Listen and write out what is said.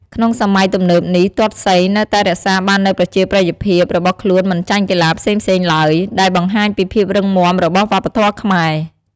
ក្នុងសម័យទំនើបនេះ ទាត់សីនៅតែរក្សាបាននូវប្រជាប្រិយភាពរបស់ខ្លួនមិនចាញ់កីឡាផ្សេងៗឡើយ ដែលបង្ហាញពីភាពរឹងមាំរបស់វប្បធម៌ខ្មែរ។